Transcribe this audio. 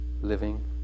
living